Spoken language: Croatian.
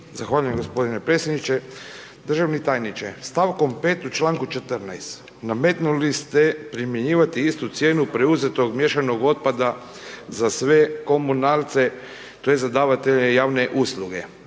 Zavaljujem g. predsjedniče. Državni tajniče, stavkom 5. u članku 14. nametnuli ste primjenjivati istu cijenu preuzetog miješanog otpada za sve komunalce tj. za davatelje javne usluge.